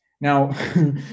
Now